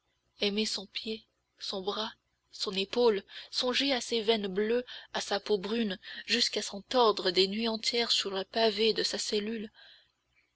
aimer son pied son bras son épaule songer à ses veines bleues à sa peau brune jusqu'à s'en tordre des nuits entières sur le pavé de sa cellule